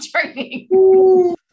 training